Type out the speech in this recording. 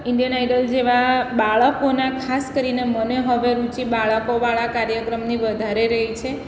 Indian Idol જેવા બાળકોના ખાસ કરીને મને હવે રુચિ બાળકો વાળા કાર્યક્રમની વધારે રહે છે